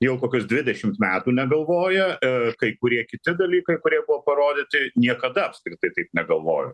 jau kokius dvidešimt metų negalvoja ir kai kurie kiti dalykai kurie buvo parodyti niekada apskritai taip negalvojo